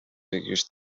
بگیرید